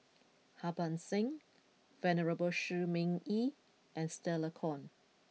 Harbans Singh Venerable Shi Ming Yi and Stella Kon